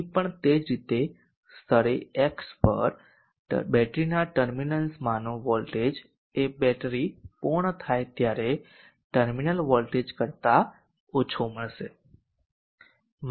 અહીં પણ તે જ રીતે સ્તરે x પર બેટરીના ટર્મિનલ્સમાંનો વોલ્ટેજ એ બેટરી પૂર્ણ થાય ત્યારે ટર્મિનલ વોલ્ટેજ કરતા ઓછો મળશે